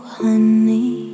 honey